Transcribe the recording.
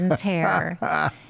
hair